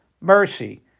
mercy